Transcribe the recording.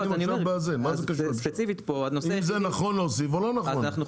אם זה נכון להוסיף או לא נכון.